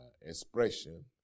expression